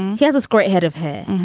he has a score ahead of him.